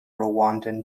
rwandan